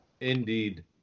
Indeed